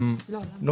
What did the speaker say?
גיא.